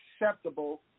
acceptable